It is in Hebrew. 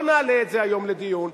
לא נעלה את זה היום לדיון,